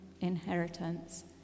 inheritance